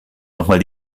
nochmal